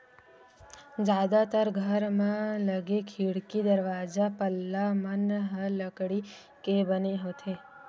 जादातर घर म लगे खिड़की, दरवाजा, पल्ला मन ह लकड़ी के बने होथे